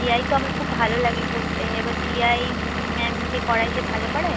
GI তো আমার তো খুব ভালো লাগে করতে এবার জিআই ম্যাম যে করায় সে ভালো করায়